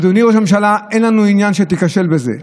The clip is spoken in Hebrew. אדוני ראש הממשלה, אין לנו עניין שתיכשל בזה.